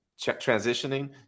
transitioning